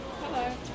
Hello